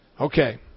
Okay